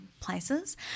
places